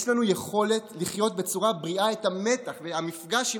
יש לנו יכולת לחיות בצורה בריאה את המתח והמפגש עם